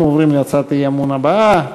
אנחנו עוברים להצעת האי-אמון הבאה.